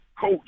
coach